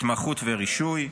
התמחות ורישוי,